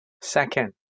Second